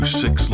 six